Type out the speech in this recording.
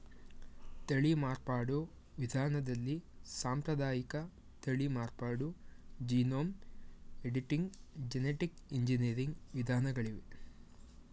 ತಳಿ ಮಾರ್ಪಾಡು ವಿಧಾನದಲ್ಲಿ ಸಾಂಪ್ರದಾಯಿಕ ತಳಿ ಮಾರ್ಪಾಡು, ಜೀನೋಮ್ ಎಡಿಟಿಂಗ್, ಜೆನಿಟಿಕ್ ಎಂಜಿನಿಯರಿಂಗ್ ವಿಧಾನಗಳಿವೆ